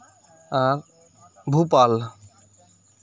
ᱟᱨ Bhopal